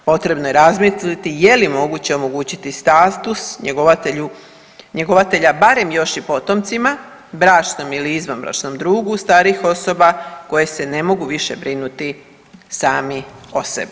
Potrebno je razmisliti je li moguće omogućiti status njegovatelja barem još i potomcima, bračnom ili izvanbračnom drugu starih osoba koje se ne mogu više brinuti sami o sebi.